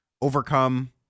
overcome